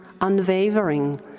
unwavering